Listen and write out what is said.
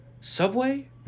Subway